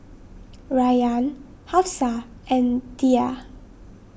Rayyan Hafsa and Dhia